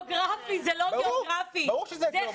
אתה מדבר על גיאוגרפיה, זו לא גיאוגרפיה, זו חסות.